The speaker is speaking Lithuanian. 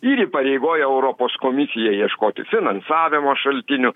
ir įpareigoja europos komisiją ieškoti finansavimo šaltinių